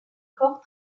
corps